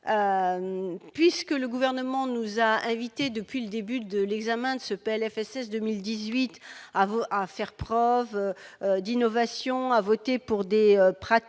pas ? Le Gouvernement nous a invités, depuis le début de l'examen du PLFSS, à faire preuve d'innovation et à voter des pratiques